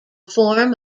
form